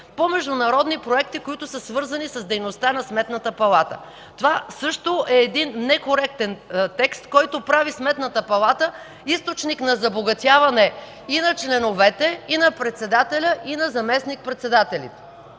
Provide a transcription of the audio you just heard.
по международни проекти, които са свързани с дейността на Сметната палата. Това също е некоректен текст, който прави Сметната палата източник на забогатяване и на членовете, и на председателя, и на заместник-председателите.